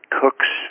cooks